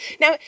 Now